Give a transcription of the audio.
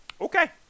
Okay